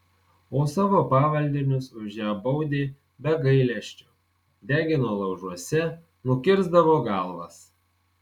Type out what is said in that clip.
o savo pavaldinius už ją baudė be gailesčio degino laužuose nukirsdavo galvas